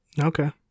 Okay